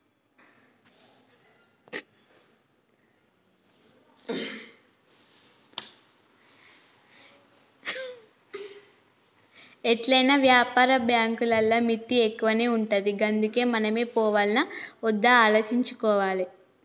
ఎట్లైనా వ్యాపార బాంకులల్ల మిత్తి ఎక్కువనే ఉంటది గందుకే మనమే పోవాల్నా ఒద్దా ఆలోచించుకోవాలె